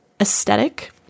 aesthetic